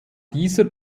dieser